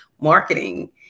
marketing